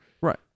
Right